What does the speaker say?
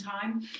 Time